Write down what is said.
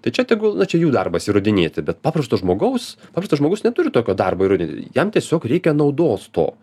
tai čia tegul na čia jų darbas įrodinėti bet paprasto žmogaus paprastas žmogus neturi tokio darbo įrodi jam tiesiog reikia naudos to